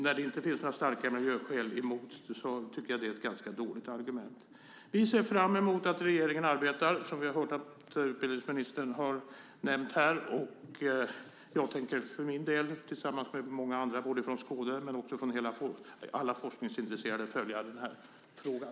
När det inte finns några starka miljöskäl emot den tycker jag att det är ett ganska dåligt argument. Vi ser fram emot att regeringen arbetar med detta, som vi hört utbildningsministern nämna här, och jag tänker för min del tillsammans med många andra från Skåne och alla forskningsintresserade följa den här frågan.